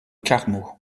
carmaux